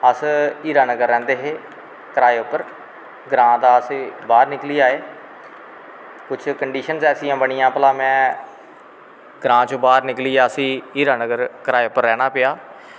अस हीरा नगर रैंह्दे हे किराए पर ग्रांऽ दा अस बाह्र निकली आए किश कंडिशन्स ऐसियां बनियां भला में ग्रांऽ चा बाह्र निकलिया असी हीरानगर किराए पर रैह्ना पेआ